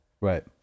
Right